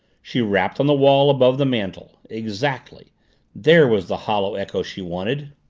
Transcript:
she rapped on the wall above the mantel exactly there was the hollow echo she wanted.